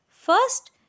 First